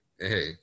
hey